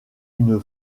une